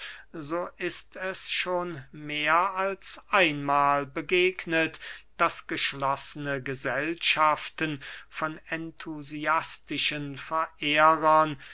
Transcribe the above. so ist es schon mehr als einmahl begegnet daß geschlossene gesellschaften von enthusiastischen verehrern